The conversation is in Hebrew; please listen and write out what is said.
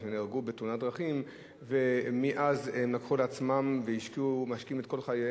אז באמת כל הכבוד, ותודה רבה, ותמשיך לעשות את זה.